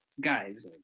Guys